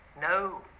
No